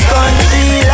Country